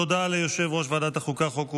תודה ליושב-ראש ועדת החוקה, חוק ומשפט.